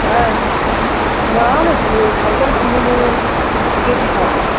হ্যাঁ হ্যাঁ না না ফুল ফল টল কিনে নিয়ে পুজো দিতে হবে তো